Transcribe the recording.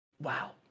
Wow